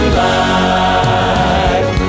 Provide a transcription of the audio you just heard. life